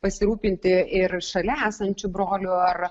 pasirūpinti ir šalia esančiu broliu ar